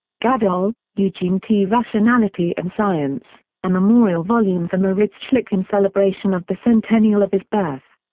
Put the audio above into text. gadol, eugene t. rationality and science a memorial volume for moritz schlick in celebration of the centennial of his birth.